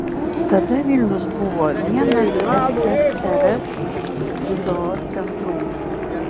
tada vilnius buvo vienas ssrs dziudo centrų